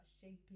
shaping